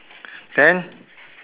can